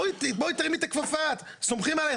בואי תרימי את הכפפה, אנחנו סומכים עליך.